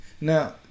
Now